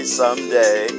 someday